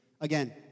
Again